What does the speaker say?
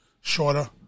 shorter